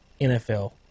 NFL